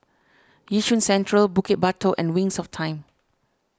Yishun Central Bukit Batok and Wings of Time